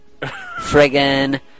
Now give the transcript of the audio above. Friggin